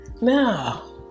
Now